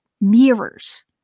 mirrors